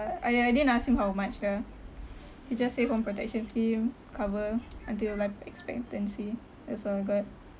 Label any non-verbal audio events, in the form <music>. uh I I didn't ask him how much lah <noise> he just say home protection scheme cover until life expectancy that's all I got